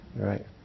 right